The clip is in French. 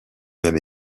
même